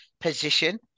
position